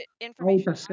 information